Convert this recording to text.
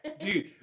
Dude